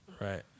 Right